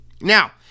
Now